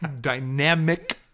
dynamic